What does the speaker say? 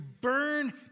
burn